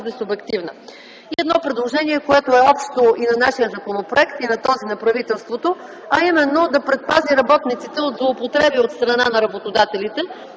субективна. Едно предложение, което е общо – и на нашия законопроект, и на правителството, а именно да предпази работниците от злоупотреби от страна на работодателите